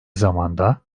zamanda